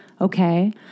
okay